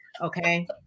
Okay